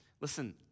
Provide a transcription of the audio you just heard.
Listen